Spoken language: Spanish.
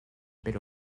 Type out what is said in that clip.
pero